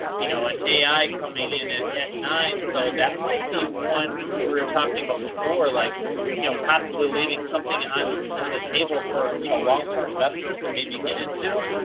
you know, and ai coming in it at nine. so that might be one we were talking about before, like you know possibly leaving something on the table for you know long term investors to maybe get into.